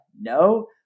No